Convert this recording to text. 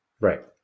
Right